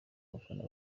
bafana